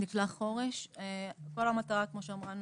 כל המטרה כמו שאמרנו,